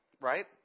right